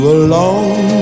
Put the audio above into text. alone